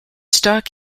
stock